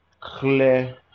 clear